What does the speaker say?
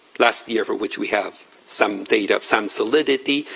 last year for which we have some data, some solidity,